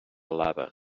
lava